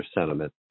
sentiment